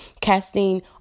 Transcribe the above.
casting